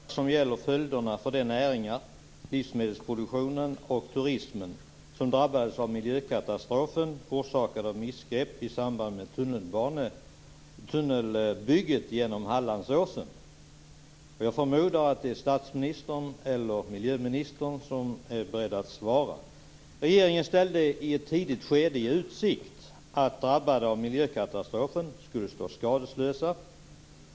Herr talman! Jag har en fråga som gäller följderna för de näringar, livsmedelsproduktionen och turismen, som drabbades av miljökatastrofen orsakad av missgrepp i samband med tunnelbygget genom Hallandsåsen. Jag förmodar att statsministern eller miljöministern är beredd att svara. I ett tidigt skede ställde regeringen i utsikt att drabbade av miljökatastrofen skulle stå skadeslösa.